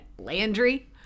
Landry